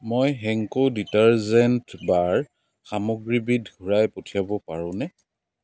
মই Henko detergent bar সামগ্ৰীবিধ ঘূৰাই পঠিয়াব পাৰোঁনে